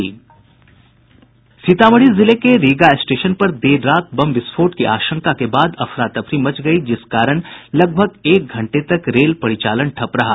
सीतामढ़ी जिले के रीगा स्टेशन पर देर रात बम विस्फोट की आशंका के बाद अफरा तफरी मच गयी जिस कारण लगभग एक घंटे तक रेल परिचालन ठप रहा